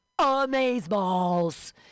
amazeballs